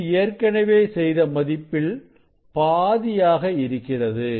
இது ஏற்கனவே செய்த மதிப்பில் பாதியாக இருக்கிறது